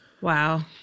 Wow